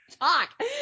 talk